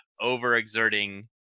overexerting